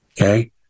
okay